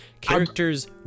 characters